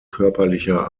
körperlicher